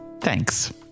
thanks